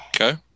okay